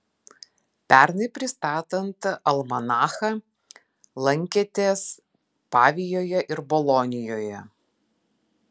pernai pristatant almanachą lankėtės pavijoje ir bolonijoje